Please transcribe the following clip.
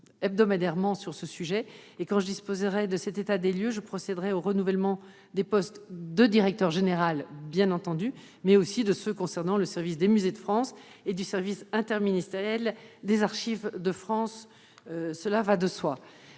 hebdomadairement sur ce sujet. Quand je disposerai de cet état des lieux, je procéderai au renouvellement des postes de directeur général, bien entendu, mais aussi des postes concernant le service des Musées de France et le service interministériel des Archives de France, cela va de soi.